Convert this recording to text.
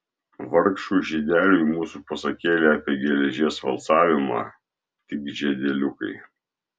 vargšui žydeliui mūsų pasakėlė apie geležies valcavimą tik žiedeliukai